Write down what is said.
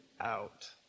out